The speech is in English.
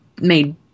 made